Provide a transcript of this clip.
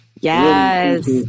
Yes